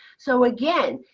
so again,